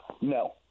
no